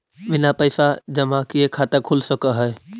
बिना पैसा जमा किए खाता खुल सक है?